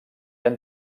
han